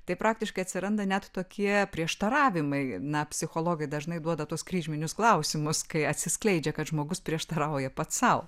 tai praktiškai atsiranda net tokie prieštaravimai na psichologai dažnai duoda tuos kryžminius klausimus kai atsiskleidžia kad žmogus prieštarauja pats sau